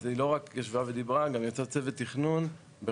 היא לא רק ישבה ודיברה גם יצרה צוות תכנון בראשות